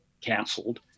canceled